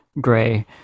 Gray